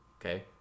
Okay